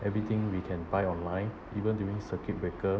everything we can buy online even during circuit breaker